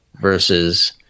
versus